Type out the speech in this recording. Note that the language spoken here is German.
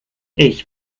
ich